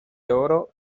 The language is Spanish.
oro